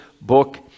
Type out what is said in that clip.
book